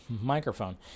microphone